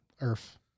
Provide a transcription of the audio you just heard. earth